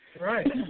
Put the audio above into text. Right